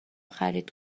خرید